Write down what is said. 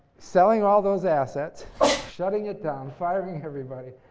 selling all those assets shutting it down, firing everybody.